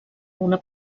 una